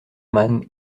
man